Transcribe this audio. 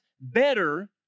better